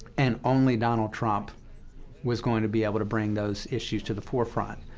and only donald trump was going to be able to bring those issues to the forefront.